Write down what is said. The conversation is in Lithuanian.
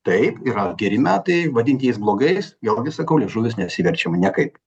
taip yra geri metai vadinti jais blogais vėlgi sakau liežuvis neapsiverčia niekaip